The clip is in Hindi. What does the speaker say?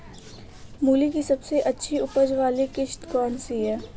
मूली की सबसे अच्छी उपज वाली किश्त कौन सी है?